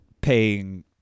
paying